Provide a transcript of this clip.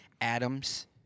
Adams